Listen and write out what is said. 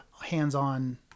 hands-on